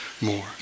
more